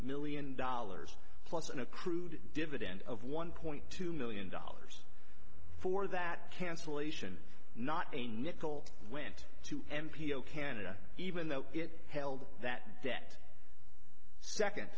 million dollars plus an accrued dividend of one point two million dollars for that cancellation not a nickel went to m p o canada even though it held that debt second